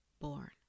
born